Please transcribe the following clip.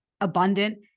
abundant